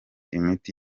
imiti